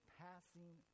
passing